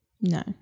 No